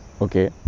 Okay